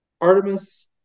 Artemis